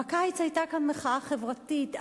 בקיץ היתה כאן מחאה חברתית.